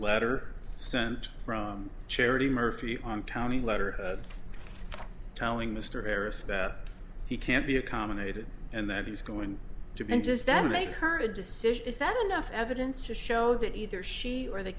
letter sent from charity murphy antone letter telling mr harris that he can't be accommodated and that he's going to be just that make her a decision is that enough evidence to show that either she or the